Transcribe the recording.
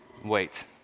Wait